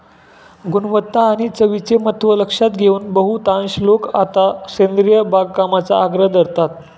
गुणवत्ता आणि चवीचे महत्त्व लक्षात घेऊन बहुतांश लोक आता सेंद्रिय बागकामाचा आग्रह धरतात